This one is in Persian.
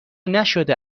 نشده